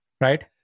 Right